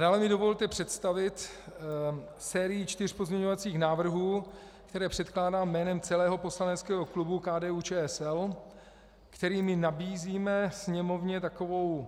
Dále mi dovolte představit sérii čtyř pozměňovacích návrhů, které předkládám jménem celého poslaneckého klubu KDUČSL, kterými nabízíme Sněmovně takovou